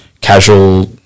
casual